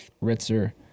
Ritzer